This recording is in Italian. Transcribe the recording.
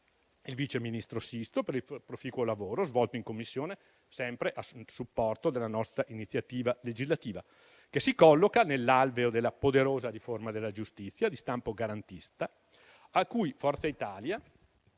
il vice ministro Sisto per il proficuo lavoro svolto in Commissione, sempre a supporto della nostra iniziativa legislativa, che si colloca nell'alveo della poderosa riforma della giustizia di stampo garantista, cui Forza Italia